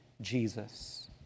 Jesus